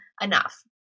enough